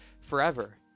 forever